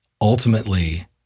ultimately